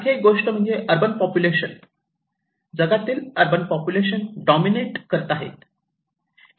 आणखी एक गोष्ट म्हणजे अर्बन पॉप्युलेशन जगातील अर्बन पॉप्युलेशन डॉमिनेट करत आहे